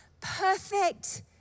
perfect